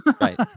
Right